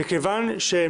מה